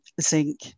zinc